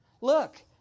Look